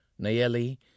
Nayeli